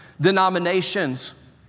denominations